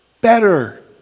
better